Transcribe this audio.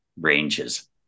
ranges